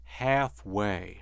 halfway